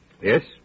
Yes